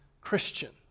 Christian